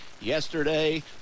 yesterday